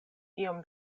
iom